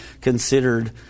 considered